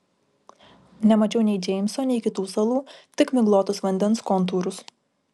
nemačiau nei džeimso nei kitų salų tik miglotus vandens kontūrus